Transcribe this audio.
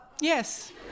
Yes